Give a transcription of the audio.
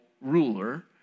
ruler